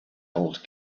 old